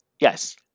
Yes